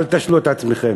אל תשלו את עצמכם.